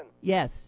Yes